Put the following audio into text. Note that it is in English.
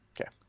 okay